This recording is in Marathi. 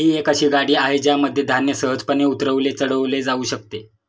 ही एक अशी गाडी आहे ज्यामध्ये धान्य सहजपणे उतरवले चढवले जाऊ शकते